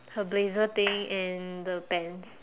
her blazer thing and the pants